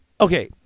okay